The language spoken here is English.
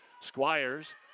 Squires